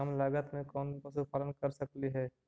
कम लागत में कौन पशुपालन कर सकली हे?